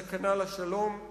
סכנה לשלום,